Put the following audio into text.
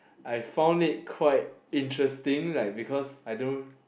I found it quite interesting like because I don't